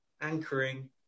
anchoring